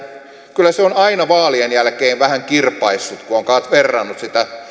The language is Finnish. kyllä se on aina vaalien jälkeen vähän kirpaissut kun on verrannut sitä